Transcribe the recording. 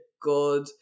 good